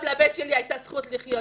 גם לבן שלי הייתה זכות לחיות.